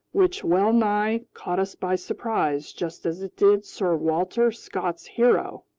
which wellnigh caught us by surprise just as it did sir walter scott's hero!